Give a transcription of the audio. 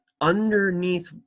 Underneath